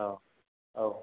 औ औ